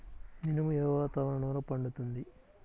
మినుము ఏ వాతావరణంలో పండుతుంది?